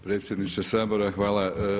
Predsjedniče Sabora hvala.